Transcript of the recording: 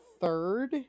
third